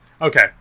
Okay